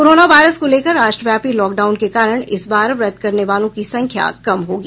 corona virus को लेकर राष्ट्रव्यापी लॉकडाउन के कारण इस बार व्रत करने वालों की संख्या कम होगी